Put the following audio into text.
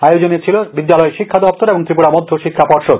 আয়োজনে ছিল বিদ্যালয় শিক্ষা দপ্তর ও ত্রিপুরা মধ্যশিক্ষা পর্ষদ